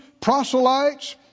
proselytes